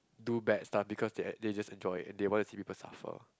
do bad stuff because they they just enjoy it and they want to see people suffer